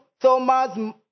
Thomas